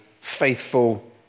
faithful